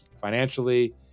financially